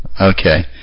Okay